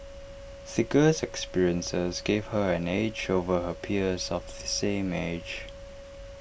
the girl's experiences gave her an edge over her peers of the same age